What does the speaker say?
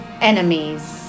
enemies